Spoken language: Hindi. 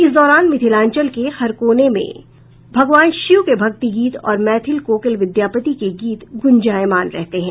इस दौरान मिथिलांचल के हर कोने में भगवान शिव के भक्ति गीत और मैथिल कोकिल विद्यापति के गीत गुंजयमान रहते हैं